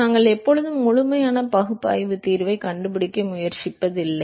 நாங்கள் எப்போதும் முழுமையான பகுப்பாய்வுத் தீர்வைக் கண்டுபிடிக்க முயற்சிப்பதில்லை